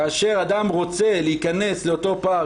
כאשר אדם רוצה להיכנס לאותו פארק,